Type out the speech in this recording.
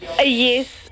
Yes